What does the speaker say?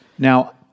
Now